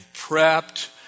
prepped